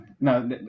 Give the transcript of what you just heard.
No